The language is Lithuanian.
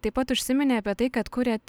taip pat užsiminei apie tai kad kūrėt